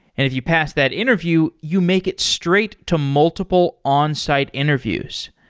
if you pass that interview, you make it straight to multiple onsite interviews.